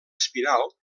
espinal